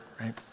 right